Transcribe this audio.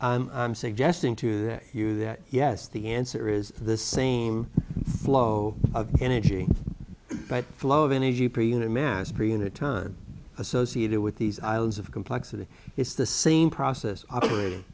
i'm suggesting to that you that yes the answer is the same flow of energy flow of energy per unit man's per unit time associated with these islands of complexity it's the same process operate